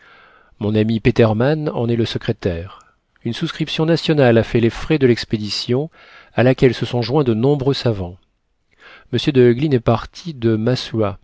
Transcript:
mon ami petermann en est le secrétaire une souscription nationale a fait les frais de l'expédition à laquelle se sont joints de nombreux savants m de heuglin est parti de masuah